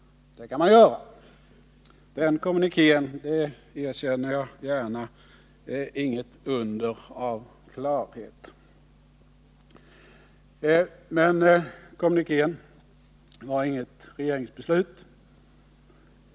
Det kan man göra. Den kommunikén är — det erkänner jag gärna — inget under av klarhet. Men kommunikén var inget regeringsbeslut.